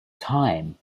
time